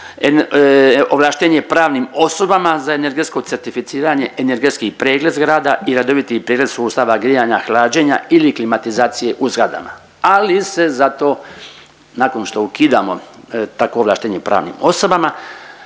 ovlaštenje pravnim osobama za energetsko certificiranje, energetski pregled zgrada i redoviti pregled sustava grijanja, hlađenja ili klimatizacije u zgradama. Ali se zato nakon što ukidamo takvo ovlaštenje pravnim osobama